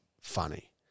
funny